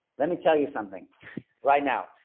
let me tell you something right now.